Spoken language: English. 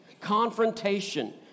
confrontation